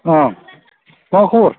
अ मा खबर